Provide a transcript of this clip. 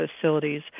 facilities